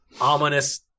ominous